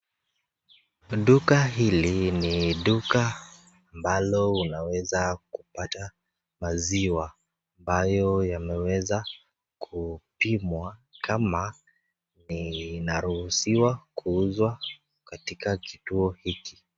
Duka hili ni duka ambalo unaweza kupata maziwa ambayo yameweza kupimwa kama inaruhusiwa kuuzwa katika kituo hiki.